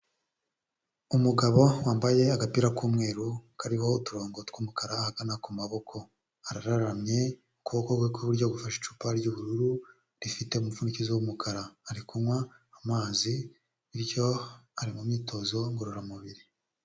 Umugabo wambaye agapira k'umweru kariho uturongo tw'umukara ahagana ku maboko, araramye ukuboko kwe kw'iburyo gufashe icupa ry'ubururu rifite umupfundikizo w'umukara ari kunywa amazi bityo ari mu myitozo ngororamubiri.